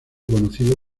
conocido